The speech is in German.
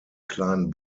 kleinen